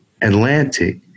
Atlantic